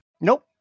Nope